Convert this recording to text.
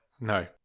No